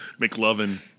McLovin